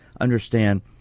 understand